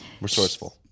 Resourceful